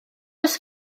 oes